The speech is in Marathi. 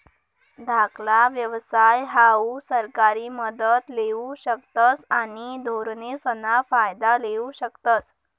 धाकला व्यवसाय हाऊ सरकारी मदत लेवू शकतस आणि धोरणेसना फायदा लेवू शकतस